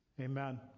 Amen